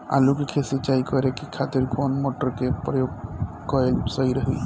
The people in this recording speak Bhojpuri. आलू के खेत सिंचाई करे के खातिर कौन मोटर के प्रयोग कएल सही होई?